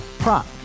Prop